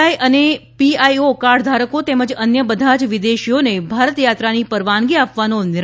I અને PIO કાર્ડધારકો તેમજ અન્ય બધા જ વિદેશીઓને ભારત યાત્રાની પરવાનગી આપવાનો નિર્ણય કર્યો છે